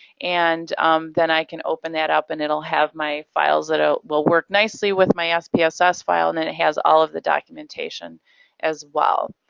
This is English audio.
and then i can open that up, and it'll have my files that ah will work nicely with my ah spss file, and then it has all of the documentation as well.